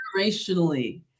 generationally